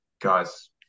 guys